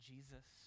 Jesus